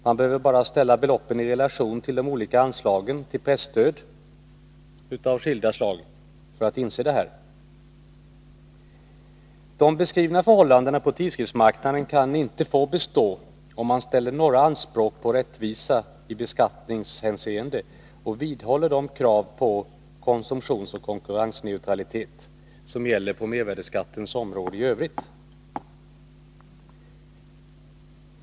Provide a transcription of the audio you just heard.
Man behöver bara ställa beloppen i relation till de olika anslagen till presstöd av skilda slag för att inse detta. De beskrivna förhållandena på tidskriftsmarknaden kan inte få bestå, om man ställer några anspråk på rättvisa i beskattningshänseende och vidhåller de krav på konsumtionsoch konkurrensneutralitet som gäller på mervärdeskatteområdet i övrigt.